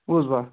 بوٗزوا